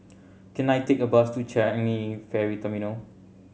can I take a bus to Changi Ferry Terminal